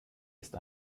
ist